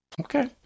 Okay